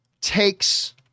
takes